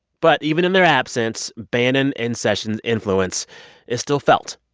but even in their absence, bannon and sessions' influence is still felt.